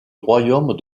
royaume